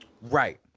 Right